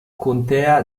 contea